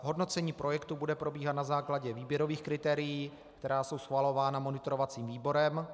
Hodnocení projektu bude probíhat na základě výběrových kritérií, která jsou schvalována monitorovacím výborem.